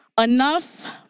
Enough